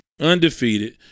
undefeated